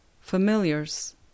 Familiars